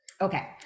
okay